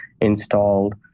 installed